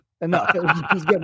Enough